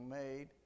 made